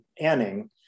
Anning